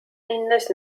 minnes